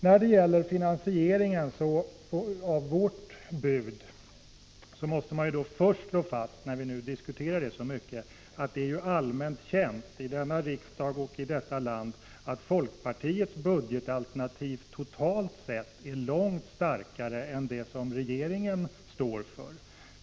När det gäller finansieringen av vårt bud måste jag först slå fast, när vi nu diskuterar det så mycket, att det är allmänt känt i riksdagen och i landet att folkpartiets budgetalternativ totalt sett är långt starkare än det som regeringen står för.